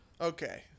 okay